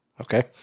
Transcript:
okay